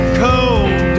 cold